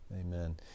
Amen